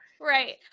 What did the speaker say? Right